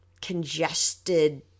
congested